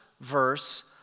verse